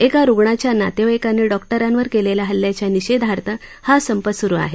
एका रुग्णाच्या नातेवाईकांनी डॉक्टरांवर केलेल्या हल्ल्याच्या निषेधार्थ हा संप सुरु आहे